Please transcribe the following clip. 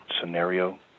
scenario